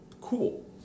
cool